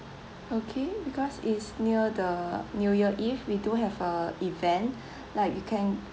okay because it's near the new year eve we do have a event like you can